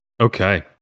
Okay